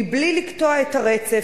מבלי לקטוע את הרצף,